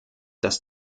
dass